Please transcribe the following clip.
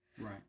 Right